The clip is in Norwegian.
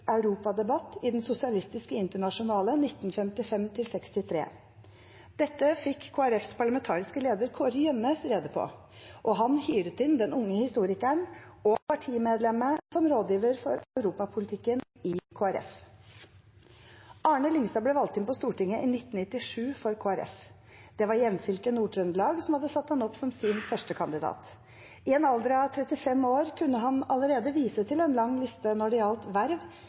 i den Sosialistiske Internasjonale 1955–63». Dette fikk Kristelig Folkepartis parlamentariske leder Kåre Gjønnes rede på, og han hyret inn den unge historikeren – og partimedlemmet – som rådgiver for Europa- politikken i Kristelig Folkeparti. Arne Lyngstad ble valgt inn på Stortinget i 1997 for Kristelig Folkeparti. Det var hjemfylket Nord-Trøndelag som hadde satt ham opp som sin førstekandidat. I en alder av 35 år kunne han allerede vise til en lang liste når det gjaldt verv